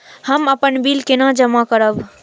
हम अपन बिल केना जमा करब?